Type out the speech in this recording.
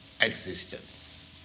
existence